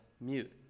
mute